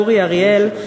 אורי אריאל,